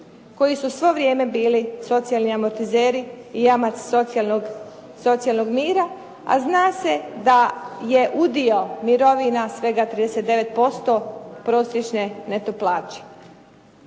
koji su svo vrijeme bili socijalni amortizeri i jamac socijalnog mira a zna se da je udio mirovina svega 39% prosječne neto plaće.